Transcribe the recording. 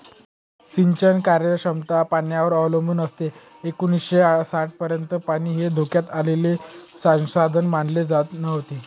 सिंचन कार्यक्षमता पाण्यावर अवलंबून असते एकोणीसशे साठपर्यंत पाणी हे धोक्यात आलेले संसाधन मानले जात नव्हते